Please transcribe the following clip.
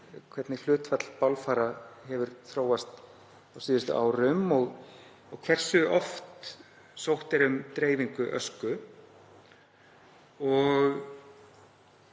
hvernig hlutfall bálfara hefur þróast á síðustu árum og hversu oft sótt er um dreifingu ösku.